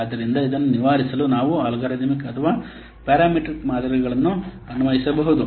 ಆದ್ದರಿಂದ ಇದನ್ನು ನಿವಾರಿಸಲು ನಾವು ಅಲ್ಗಾರಿದಮಿಕ್ ಅಥವಾ ಪ್ಯಾರಮೆಟ್ರಿಕ್ ಮಾದರಿಗಳನ್ನು ಅನ್ವಯಿಸಬಹುದು